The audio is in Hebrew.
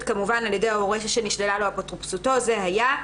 על-ידי ההורה שנשללה אפוטרופסותו זה היה.